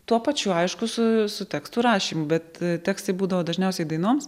tuo pačiu aišku su su tekstų rašymu bet tekstai būdavo dažniausiai dainoms